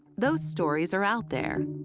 those stories are out there.